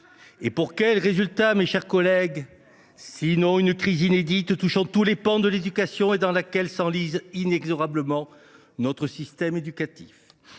Pour quels résultats, mes chers collègues, sinon une crise inédite touchant tous les pans de l’éducation, dans laquelle s’enlise inexorablement notre système éducatif ?